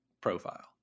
profile